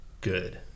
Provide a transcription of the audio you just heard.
good